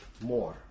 more